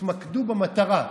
תתמקדו במטרה.